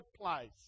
place